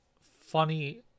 funny